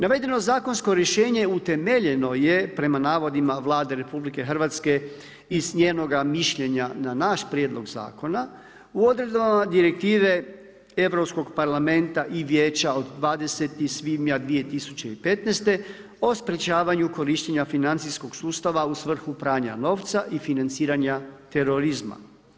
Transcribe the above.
Navedeno zakonsko rješenje utemeljeno je, prema navodima Vlade RH i s njenoga mišljenja na naš prijedlog zakona u odredbama direktive Europskog parlamenta i vijeća od 20. svibnja 2015. o sprečavanju korištenja financijskog sustava u svrhu pranja novca i financiranja terorizma.